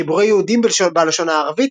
חיבורי יהודים בלשון הערבית,